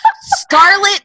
scarlet